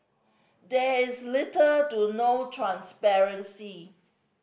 there is little to no transparency